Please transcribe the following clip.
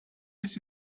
this